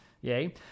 Yay